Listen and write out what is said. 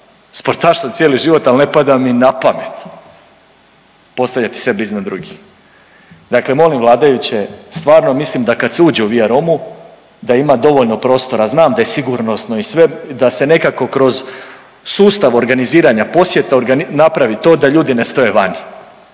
sportaš sam cijeli život, al ne pada mi na pamet postavljati sebe iznad drugih. Dakle molim vladajuće, stvarno mislim da kad se uđe u Via Romu da ima dovoljno prostora, znam da je sigurnosno i sve da se nekako kroz sustav organiziranja posjeta napravi to da ljudi ne stoje vani,